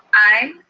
aye.